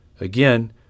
Again